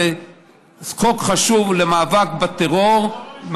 זה חוק חשוב למאבק בטרור,